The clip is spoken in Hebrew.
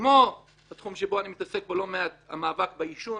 כמו תחום שאני מתעסק בו לא מעט המאבק בעישון